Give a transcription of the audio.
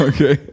Okay